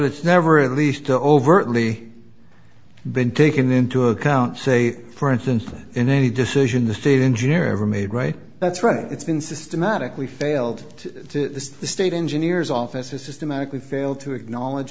it's never at least overtly been taken into account say for instance that in any decision the state engineer ever made right that's right it's been systematically failed to the state engineers office systematically fail to acknowledge